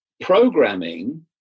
programming